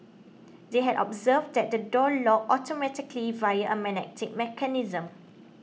they had observed that the door locked automatically via a magnetic mechanism